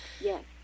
yes